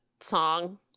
song